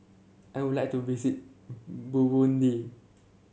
I would like to visit Burundi